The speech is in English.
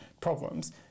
problems